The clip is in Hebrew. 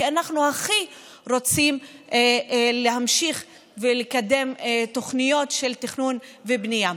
כי אנחנו הכי רוצים להמשיך ולקדם תוכניות של תכנון ובנייה.